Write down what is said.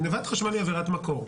גניבת חשמל היא עבירת מקור.